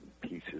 pieces